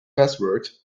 password